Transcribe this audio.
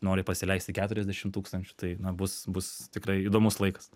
nori pasileisti keturiasdešimt tūkstančių tai na bus bus tikrai įdomus laikas